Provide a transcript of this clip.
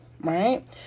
right